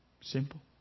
Simple